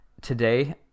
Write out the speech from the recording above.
today